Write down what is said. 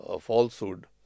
falsehood